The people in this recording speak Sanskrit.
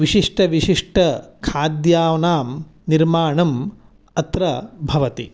विशिष्टविशिष्ट खाद्यानां निर्माणम् अत्र भवति